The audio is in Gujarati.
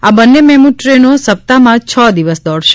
આ બંને મેમુ ટ્રેનો સપ્તાહમાં છ દિવસ દોડશે